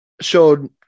showed